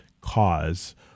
cause